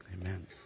Amen